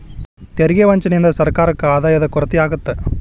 ತೆರಿಗೆ ವಂಚನೆಯಿಂದ ಸರ್ಕಾರಕ್ಕ ಆದಾಯದ ಕೊರತೆ ಆಗತ್ತ